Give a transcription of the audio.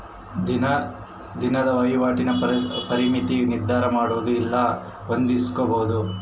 ದಿನದ ವಹಿವಾಟಿನ ಪರಿಮಿತಿನ ನಿರ್ಧರಮಾಡೊದು ಇಲ್ಲ ಹೊಂದಿಸ್ಕೊಂಬದು